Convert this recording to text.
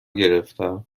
گرفتهام